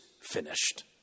finished